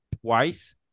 twice